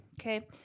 Okay